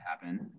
happen